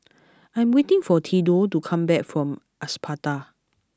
I am waiting for Theadore to come back from Espada